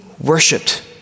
worshipped